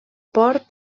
port